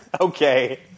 Okay